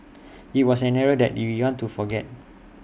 IT was an era that we want to forget